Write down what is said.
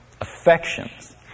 affections